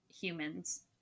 humans